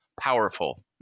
powerful